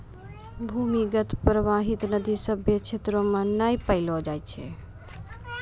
भूमीगत परबाहित नदी सभ्भे क्षेत्रो म नै पैलो जाय छै